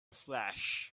flash